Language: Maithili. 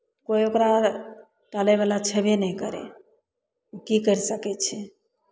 कोइ ओकरा टालयवला छयबे नहि करय की करि सकै छै